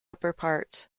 upperparts